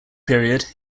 period